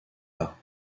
pas